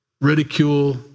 ridicule